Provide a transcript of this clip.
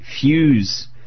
fuse